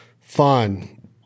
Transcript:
fun